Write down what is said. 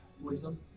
Wisdom